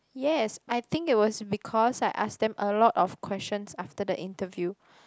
yes I think it was because I asked them a lot of questions after the interview